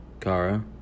Kara